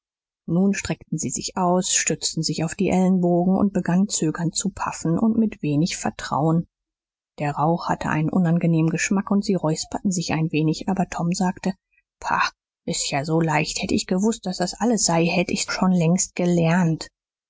nun streckten sie sich aus stützten sich auf die ellbogen und begannen zögernd zu paffen und mit wenig vertrauen der rauch hatte einen unangenehmen geschmack und sie räusperten sich ein wenig aber tom sagte pah s ist ja so leicht hätt ich gewußt daß das alles sei hätt ich's schon längst gelernt